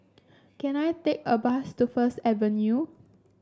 can I take a bus to First Avenue